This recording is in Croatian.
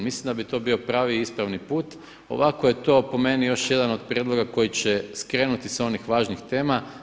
Mislim da bi to bio pravi i ispravni put, ovako je to po meni još jedan od prijedloga koji će skrenuti sa onih važnih tema.